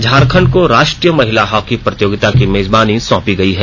झारखंड को राष्ट्रीय महिला हॉकी प्रतियोगिता की मेजबानी सौंपी गई है